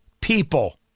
people